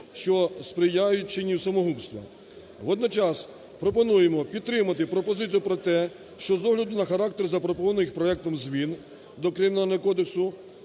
що сприяють вчиненню самогубства. Водночас пропонуємо підтримати пропозицію про те, що з огляду на характер запропонованих проектом змін до Кримінального кодексу